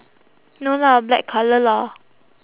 no lah black colour lah